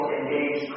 engage